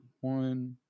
one